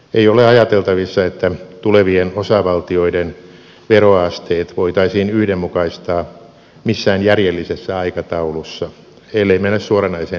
ei ole ajateltavissa että tulevien osavaltioiden veroasteet voitaisiin yhdenmukaistaa missään järjellisessä aikataulussa ellei mennä suoranaiseen diktatuuriin